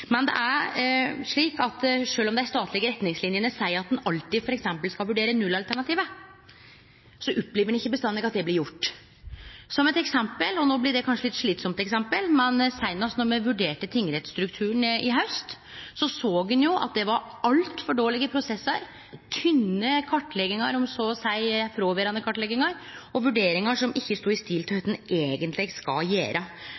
om dei statlege retningslinene seier at ein f.eks. alltid skal vurdere nullalternativet, så opplever ein ikkje alltid at det blir gjort. Som eit eksempel, og no blir det kanskje eit litt slitsamt eksempel, men seinast då vi vurderte tingrettsstrukturen i haust, såg ein jo at det var altfor dårlege prosessar, tynne kartleggingar, så å seie «frå-kvarandre-kartleggingar», og vurderingar som ikkje stod i stil til kva ein eigentleg skal gjere.